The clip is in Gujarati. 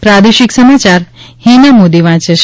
પ્રાદેશિક સમાયાર હિના મોદી વાંચે છે